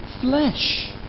flesh